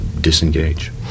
disengage